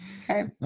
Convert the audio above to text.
Okay